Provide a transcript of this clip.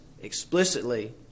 explicitly